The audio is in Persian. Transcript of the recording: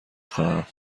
خواهم